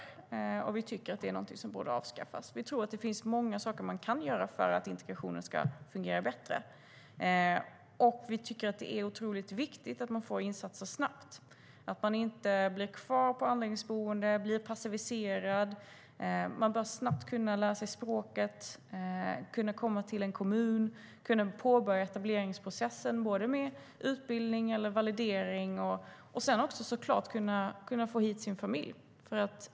Vi tycker att det är någonting som borde avskaffas. Det finns många saker som man kan göra för att integrationen ska fungera bättre. Det är otroligt viktigt med snabba insatser, så att man inte blir kvar i anläggningsboende och blir passiviserad. Man bör snabbt kunna lära sig språket, kunna bosätta sig i en kommun och kunna påverka etableringsprocessen med utbildning eller validering. Sedan måste man såklart kunna få hit sin familj.